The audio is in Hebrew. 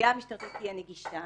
התביעה המשטרתית תהיה נגישה,